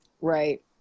right